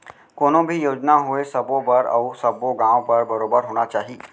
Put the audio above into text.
कोनो भी योजना होवय सबो बर अउ सब्बो गॉंव बर बरोबर होना चाही